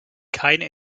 keinen